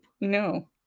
No